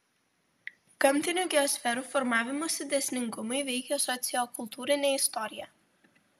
gamtinių geosferų formavimosi dėsningumai veikia sociokultūrinę istoriją